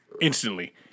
Instantly